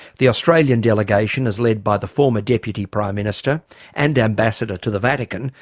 the australian delegation is led by the former deputy prime minister and ambassador to the vatican,